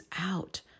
out